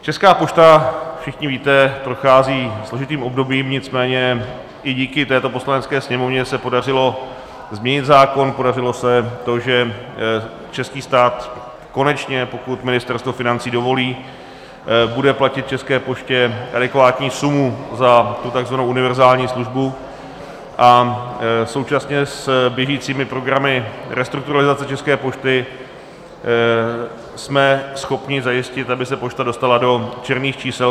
Česká pošta, všichni víte, prochází složitým obdobím, nicméně i díky této Poslanecké sněmovně se podařilo změnit zákon, podařilo se to, že český stát konečně, pokud Ministerstvo financí dovolí, bude platit České poště adekvátní sumu za tu takzvanou univerzální službu, a současně s běžícími programy restrukturalizace České pošty jsme schopni zajistit, aby se pošta dostala do černých čísel.